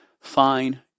fine